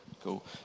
Cool